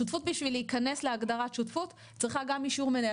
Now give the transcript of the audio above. שותפות בשביל להיכנס להגדרת שותפות צריכה גם אישור מנהל.